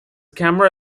camera